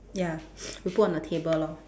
ya we put on the table lor